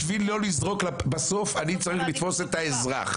בשביל לא לזרוק בסוף אני צריך לתפוס את האזרח